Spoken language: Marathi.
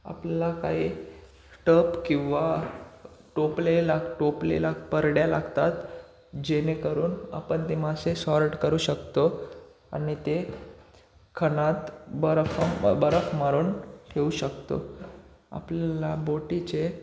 आपल्याला काही टप किंवा टोपलेला टोपलेला परड्या लागतात जेणेकरून आपण ते मासे सॉर्ट करू शकतो आणि ते खणात बर्फ बर्फ मारून ठेवू शकतो आपल्याला बोटीचे